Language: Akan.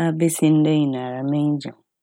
a besi ndɛ nyinaa m'enyi gye ho.